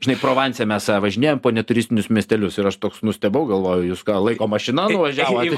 žinai provanse mes važinėjam po neturistinius miestelius ir aš toks nustebau galvoju jūs ką laiko mašina nuvažiavot